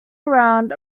around